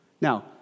Now